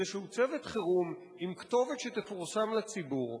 איזשהו צוות חירום עם כתובת שתפורסם לציבור,